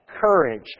Courage